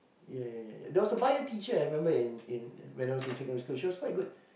ya ya ya there was a Bio teacher I remember in in when I was in secondary school she was quite good